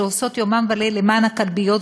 שעושות יומם וליל למען הכלביות,